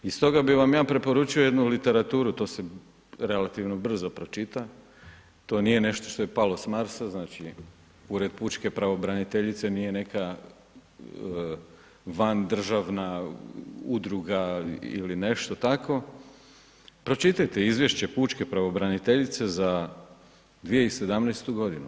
I stoga bi vam ja preporučio jednu literaturu, to se relativno brzo pročita, to nije nešto što je palo s Marsa, znači Ured pučke pravobraniteljice nije neka van državna udruga ili nešto takvo, pročitajte izvješće pučke pravobraniteljice za 2017. godinu.